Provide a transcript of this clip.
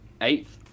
Eighth